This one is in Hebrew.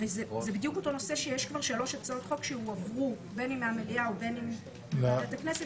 להעברת הצעות החוק הבאות מוועדת החוקה,